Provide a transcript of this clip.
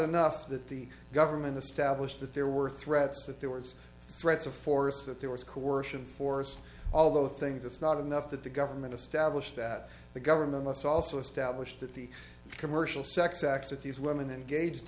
enough that the government established that there were threats that there were threats of force that there was coercion force all those things it's not enough that the government established that the government must also establish that the commercial sex acts that these women engaged